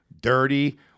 dirty